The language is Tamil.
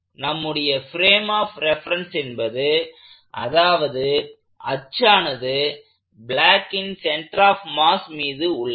நம்முடைய பிரேம் ஆஃப் ரெஃபரென்ஸ் என்பது அதாவது அச்சானது பிளாக்கின் சென்டர் ஆஃப் மாஸ் மீது உள்ளது